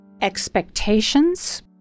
expectations